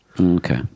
Okay